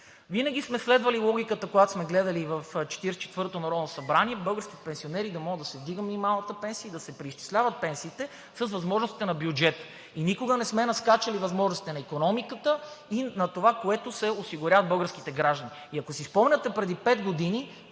винаги сме следвали логиката, когато сме гледали в 44-тото народно събрание за пенсиите на българските пенсионери, да може да се вдига минималната пенсия, да се преизчисляват пенсиите с възможностите на бюджета и никога не сме надскачали възможностите на икономиката и на това, което се осигурява за българските граждани. Ако си спомняте, преди пет години